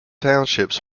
townships